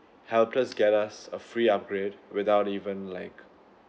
helped us get us a free upgrade without even like